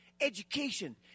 education